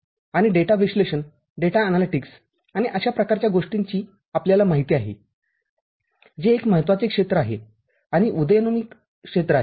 आणि डेटा विश्लेषणडेटा अनालिटिक्स आणि अशा प्रकारच्या गोष्टीची आपल्याला माहिती आहे जे एक महत्त्वाचे क्षेत्र आहे आणि उदयोन्मुख क्षेत्र आहे